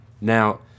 Now